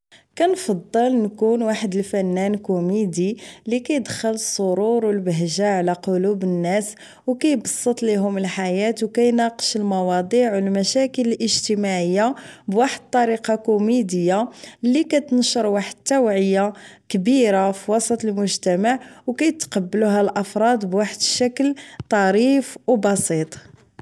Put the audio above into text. كنفضل نكون واحد الفنان كوميدي ليكيدخل السرور و البهجة على قلوب الناس و كيبسط ليهم الحياة و كيناقش المواضيع و المشاكل الاجتماعية بواحد الطريقة كوميدية لكتنشر واحد التوعية كبيرة فوسط المجتمع و كيتقبلوها الافراد بواحد الشكل طريف و بسيط